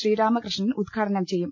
ശ്രീരാമകൃഷ്ണൻ ഉദ്ഘാടനം ചെയ്യും